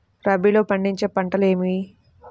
రబీలో పండించే పంటలు ఏవి?